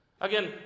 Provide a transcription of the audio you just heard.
Again